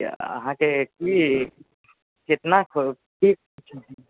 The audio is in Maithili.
अहाँके कि कितना पीस